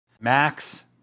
Max